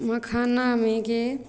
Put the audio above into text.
मखानाकेँ